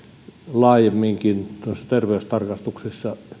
laajemminkin tuossa terveystarkastuksessa